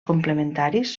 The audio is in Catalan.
complementaris